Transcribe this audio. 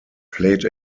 played